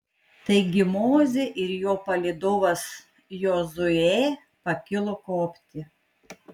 taigi mozė ir jo palydovas jozuė pakilo kopti